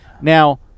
Now